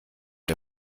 der